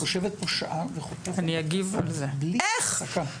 היא יושבת פה שעה וחוטפת פה בלי הפסקה,